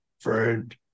friend